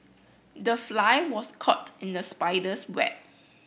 the fly was caught in the spider's web